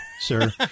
sir